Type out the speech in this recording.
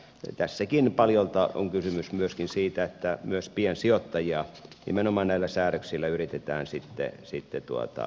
tässäkin paljolti on kysymys myöskin siitä että myös piensijoittajia nimenomaan näillä säädöksillä yritetään sitten suojata